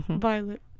Violet